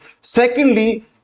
Secondly